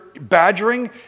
badgering